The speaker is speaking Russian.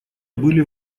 были